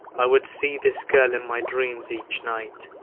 i would see this girl in my dreams each night.